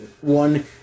one